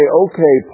okay